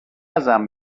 ازم